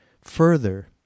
further